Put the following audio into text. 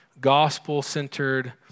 gospel-centered